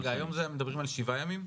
היום מדברים על שבעה ימים?